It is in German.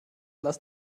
lass